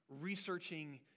researching